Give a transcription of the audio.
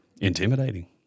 Intimidating